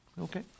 Okay